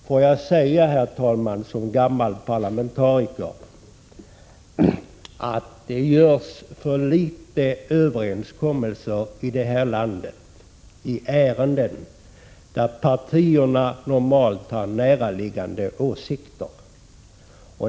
Får jag som gammal parlamentariker säga, herr talman, att det träffas för få överenskommelser här i landet i ärenden där partierna normalt har närliggande åsikter.